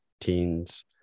teens